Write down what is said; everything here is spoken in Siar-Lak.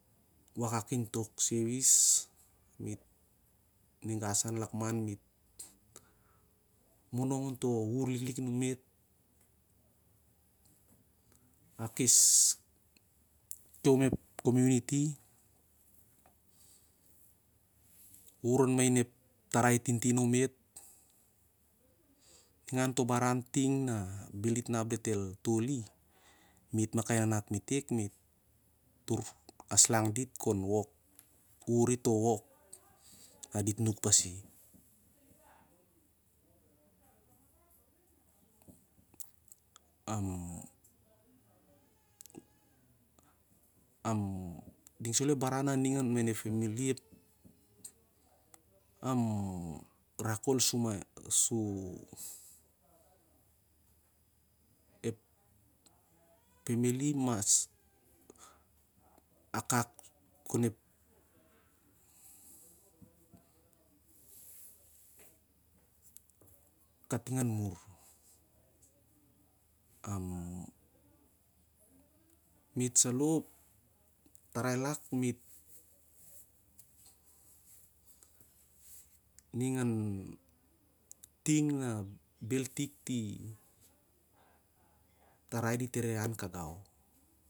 Wakak in tok senis ninga san lakman mit monongon to uhr liklik numit a kes tong e kominiti ur main ep tarai tintin omet ningan to baren ting na bel dit nap ditel tol i met ma kai nanat metek met tur aslang dit kon ur i to wok na mit nuk pal i aru ningn salo ep baran na ning maia ep femili arak kol su, su ep famili mas akak kon ep kating an mur ap mit salo tarai lak mit ningan ting an tik ti tarai na dit an lik gau.